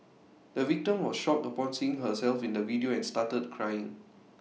the victim was shocked upon seeing herself in the video and started crying